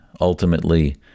Ultimately